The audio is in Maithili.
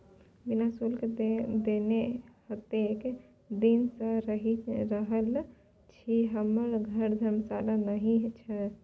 बिना शुल्क देने एतेक दिन सँ रहि रहल छी हमर घर धर्मशाला नहि छै